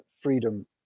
freedom